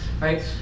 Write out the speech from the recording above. right